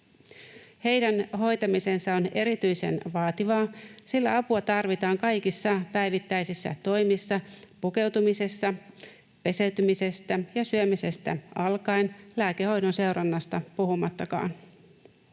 Heidän hoitamisensa on erityisen vaativaa, sillä apua tarvitaan kaikissa päivittäisissä toimissa pukeutumisesta, peseytymisestä ja syömisestä alkaen, lääkehoidon seurannasta puhumattakaan.